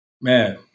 Man